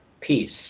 Peace